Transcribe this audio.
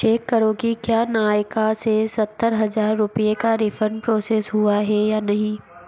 check करो कि क्या नायका से सत्तर हज़ार रुपये का रिफ़ंड प्रोसेस हुआ है या नहीं